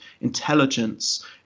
intelligence